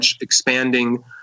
expanding